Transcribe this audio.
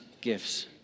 gifts